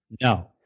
No